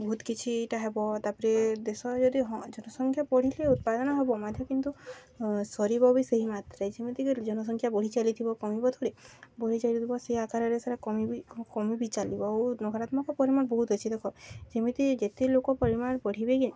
ବହୁତ କିଛିଟା ହେବ ତାପରେ ଦେଶ ଯଦି ହଁ ଜନସଂଖ୍ୟା ବଢ଼ିଲେ ଉତ୍ପାଦନ ହବ ମଧ୍ୟ କିନ୍ତୁ ସରିବ ବି ସେହି ମାତ୍ରେ ଯେମିତିକି ଜନସଂଖ୍ୟା ବଢ଼ି ଚାଲିଥିବ କମିବ ଥରେ ବଢ଼ି ଚାଲିଥିବ ସେ ଆକାରରେ ସେଟା କମ ବି କମି ବି ଚାଲିବ ଆ ନକାରାତ୍ମକ ପରିମାଣ ବହୁତ ଅଛି ଦେଖ ଯେମିତି ଯେତେ ଲୋକ ପରିମାଣ ବଢ଼ିବେ କି